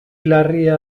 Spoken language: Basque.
larria